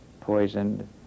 poisoned